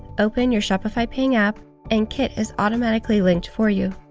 open your shopify ping app and kit is automatically linked for you.